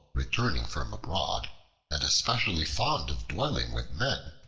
returning from abroad and especially fond of dwelling with men,